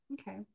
Okay